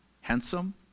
handsome